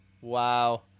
Wow